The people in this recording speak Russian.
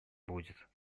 будет